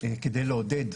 כדי לעודד,